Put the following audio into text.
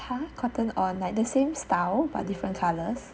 !huh! Cotton On like the same style but different colours